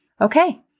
okay